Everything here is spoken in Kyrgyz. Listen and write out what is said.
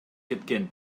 кеткен